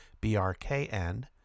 B-R-K-N